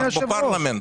אנחנו בפרלמנט.